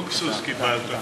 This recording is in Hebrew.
תודה, גברתי.